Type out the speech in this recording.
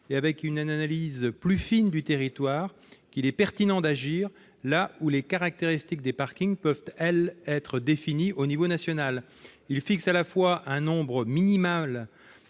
et avec une analyse plus fine du territoire, qu'il est pertinent d'agir, là où les caractéristiques des parkings peuvent être définies à l'échelon national. Il est proposé de fixer un nombre minimal